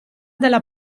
della